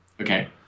Okay